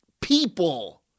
people